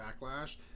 backlash